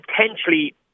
potentially